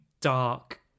dark